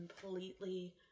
completely